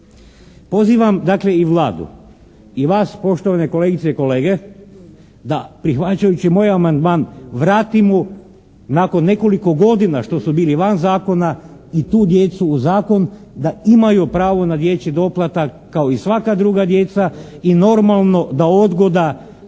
Pozivam dakle i Vladu i vas poštovane kolegice i kolege da prihvaćajući moj amandman vratimo nakon nekoliko godina što su bili van zakona i tu djecu u zakon da imaju pravo na dječji doplatak kao i svaka druga djeca i normalno da odgoda